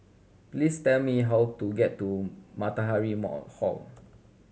please tell me how to get to Matahari Mall Hall